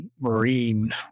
Marine